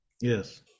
Yes